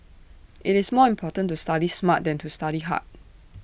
IT is more important to study smart than to study hard